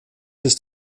ist